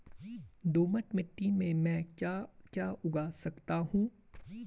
दोमट मिट्टी में म ैं क्या क्या उगा सकता हूँ?